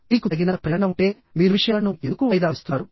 మీకు తగినంత ప్రేరణ ఉంటే మీరు విషయాలను ఎందుకు వాయిదా వేస్తున్నారు